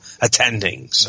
attending